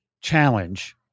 challenge